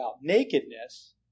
nakedness